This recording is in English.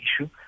issue